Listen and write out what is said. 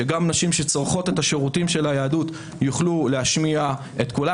שגם נשים שצורכות את השירותים של היהדות יוכלו להשמיע את קולן.